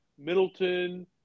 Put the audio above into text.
Middleton